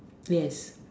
yes